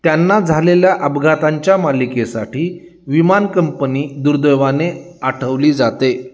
त्यांना झालेल्या अपघातांच्या मालिकेसाठी विमान कंपनी दुर्दैवाने आठवली जाते